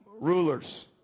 rulers